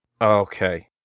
Okay